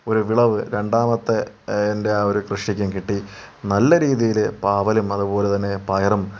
ഒരു വിളവ് രണ്ടാമത്തെ എൻ്റെ ആ ഒരു കൃഷിക്കും കിട്ടി നല്ല രീതിയിൽ പാവലും അതുപോലെ തന്നെ പയറും